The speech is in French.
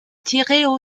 tiraient